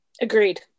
Agreed